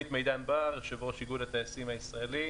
אני מידן בר, יושב-ראש איגוד הטייסים הישראלי.